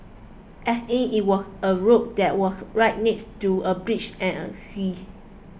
as in it was a road that was right next to a beach and sea